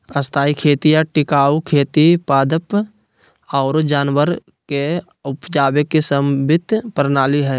स्थायी खेती या टिकाऊ खेती पादप आरो जानवर के उपजावे के समन्वित प्रणाली हय